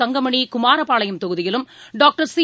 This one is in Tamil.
தங்கமணி குமாரபாளையம் தொகுதியிலும் டாக்டர் சி